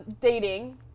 dating